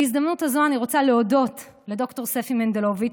בהזדמנות הזו אני רוצה להודות לד"ר ספי מנדלוביץ',